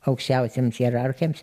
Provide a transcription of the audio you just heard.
aukščiausiems hierarchams